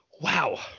Wow